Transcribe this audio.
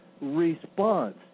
response